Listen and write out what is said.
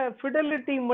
fidelity